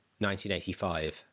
1985